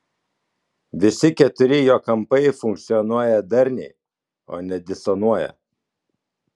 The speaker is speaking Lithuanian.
visi keturi jo kampai funkcionuoja darniai o ne disonuoja